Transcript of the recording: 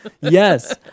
Yes